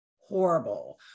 horrible